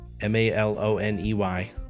M-A-L-O-N-E-Y